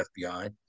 FBI